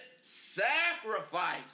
sacrifice